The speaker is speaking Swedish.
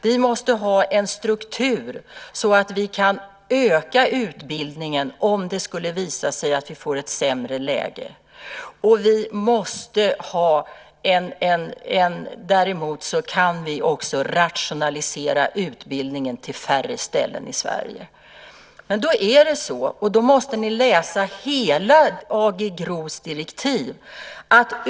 Vi måste ha en struktur som är sådan att vi kan öka utbildningen om det skulle visa sig att vi får ett sämre läge. Däremot kan vi rationalisera utbildningen till färre ställen i Sverige. Så är det. Ni måste läsa hela AG GRO:s direktiv.